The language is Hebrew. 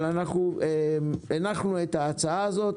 אבל הנחנו את ההצעה הזאת,